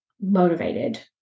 motivated